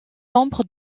membres